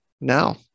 now